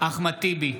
אחמד טיבי,